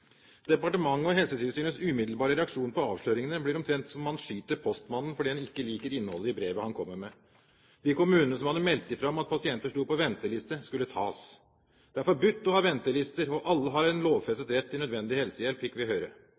Departementet og Helsetilsynets umiddelbare reaksjon på avsløringene blir omtrent som om man skyter postmannen fordi man ikke liker innholdet i brevet han kommer med. De kommunene som hadde meldt fra om at pasienter sto på venteliste, skulle tas. Det er forbudt å ha ventelister, og alle har en lovfestet rett til nødvendig helsehjelp, fikk vi høre.